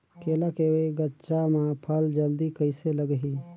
केला के गचा मां फल जल्दी कइसे लगही?